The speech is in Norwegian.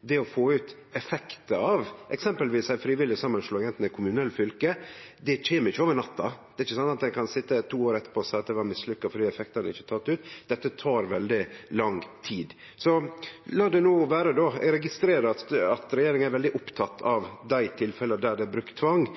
Det å få ut effektar av eksempelvis ei frivillig samanslåing, anten det er kommune eller fylke, kjem ikkje over natta. Det er ikkje slik at ein kan sitje to år etterpå og seie at det var mislukka fordi effektane ikkje er tekne ut. Dette tek veldig lang tid. Men la det no vere. Eg registrerer altså at regjeringa er veldig oppteken av dei tilfella der det er brukt tvang.